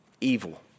evil